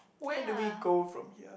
where do we go from here